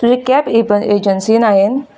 तुजे कॅब एजन्सीन हांवें